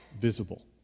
visible